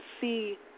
see